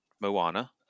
Moana